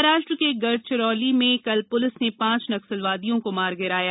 महाराष्ट्र के गढ़चिरौली में कल पुलिस ने पांच नक्सलवादियों को मार गिराया